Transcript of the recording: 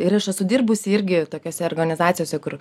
ir aš esu sudirbusi irgi tokiose organizacijose kur